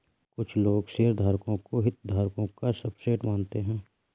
कुछ लोग शेयरधारकों को हितधारकों का सबसेट मानते हैं